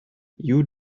you